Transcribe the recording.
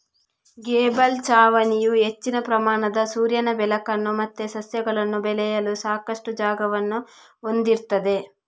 gable ಛಾವಣಿಯು ಹೆಚ್ಚಿನ ಪ್ರಮಾಣದ ಸೂರ್ಯನ ಬೆಳಕನ್ನ ಮತ್ತೆ ಸಸ್ಯಗಳನ್ನ ಬೆಳೆಯಲು ಸಾಕಷ್ಟು ಜಾಗವನ್ನ ಹೊಂದಿರ್ತದೆ